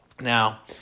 now